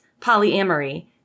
polyamory